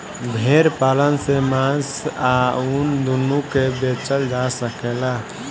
भेड़ पालन से मांस आ ऊन दूनो के बेचल जा सकेला